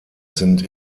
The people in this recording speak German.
sind